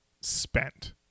spent